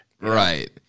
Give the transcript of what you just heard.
right